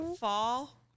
fall